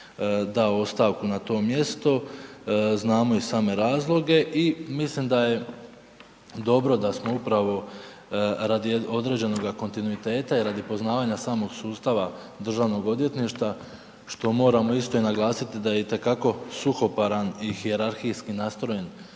dao ostavku na to mjesto, znamo i same razloge i mislim da je dobro da smo upravo radi određenoga kontinuiteta i radi poznavanja samog sustava Državnog odvjetništva, što moramo isto i naglasiti da je itekako suhoparan i hijerarhijski nastrojen